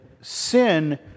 sin